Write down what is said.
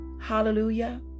Hallelujah